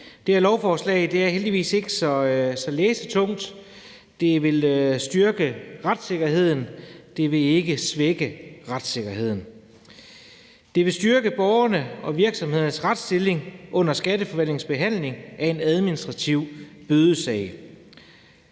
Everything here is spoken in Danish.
Det her lovforslag er heldigvis ikke så læsetungt. Det vil styrke retssikkerheden; det vil ikke svække retssikkerheden. Det vil styrke borgernes og virksomhedernes retsstilling under Skatteforvaltningens behandling af en administrativ bødesag.